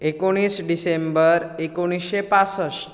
एकुणीस डिसेंबर एकुणीशें पासश्ठ